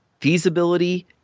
feasibility